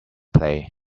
play